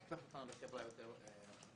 הופכת אותנו לחברה יותר הרמונית,